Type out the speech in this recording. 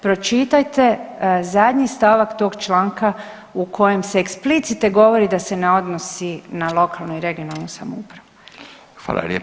Pročitajte zadnji stavak tog članka u kojem se eksplicite govori da se ne odnosi na lokalnu i regionalnu samoupravu.